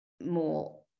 more